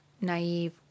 naive